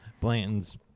Blanton's